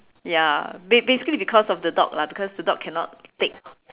ya ba~ basically because of the dog lah the dog cannot take